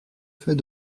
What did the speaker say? fait